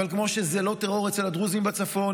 אבל כמו שזה לא טרור אצל הדרוזים בצפון,